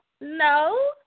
No